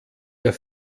der